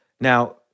now